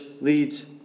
leads